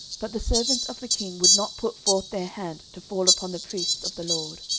but the servants of the king would not put forth their hand to fall upon the priests of the lord.